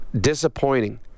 disappointing